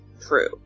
true